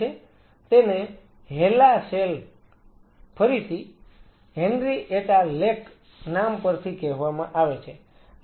તેને HeLa cell 'HeLa' cell ફરીથી Henrietta Lacks નામ પરથી કહેવામાં આવે છે